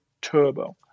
turbo